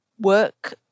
work